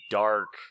dark